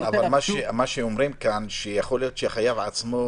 אומרים כאן שיכול להיות שהחייב עצמו